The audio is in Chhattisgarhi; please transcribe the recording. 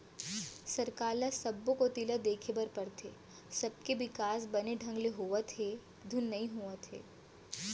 सरकार ल सब्बो कोती ल देखे बर परथे, सबके बिकास बने ढंग ले होवत हे धुन नई होवत हे